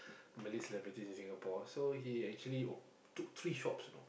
Malay celebrities in Singapore so he actually op~ took three shops you know